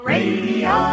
Radio